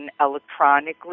electronically